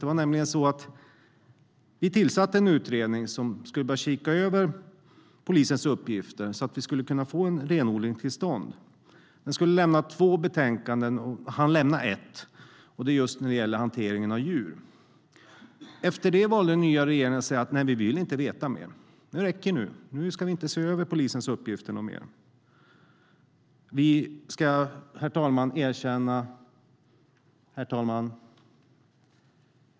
Det var nämligen så att vi tillsatte en utredning som skulle börja se över polisens uppgifter så att vi skulle kunna få en renodling till stånd. Den skulle lämna två betänkanden och hann lämna ett. Det gällde just hanteringen av djur. Efter det valde den nya regeringen att säga: Nej, vi vill inte veta mer. Det räcker nu. Vi ska inte se över polisens uppgifter mer. Herr talman!